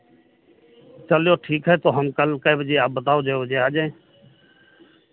चलो ठीक है तो हम कल कै बजे आप बताओ जो बजे आ जाएँ